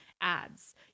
ads